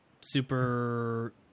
super